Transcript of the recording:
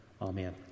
Amen